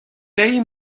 deiz